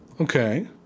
okay